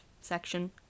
section